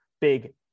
big